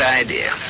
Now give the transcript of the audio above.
idea